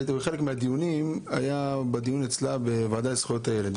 חלק מהדיונים היו בדיון אצלה בוועדה לזכויות הילד.